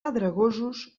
pedregosos